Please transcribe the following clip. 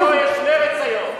בזכותו יש מרצ היום.